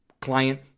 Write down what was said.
client